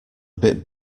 bit